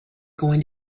going